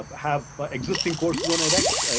ah but have ah existing courses on edx.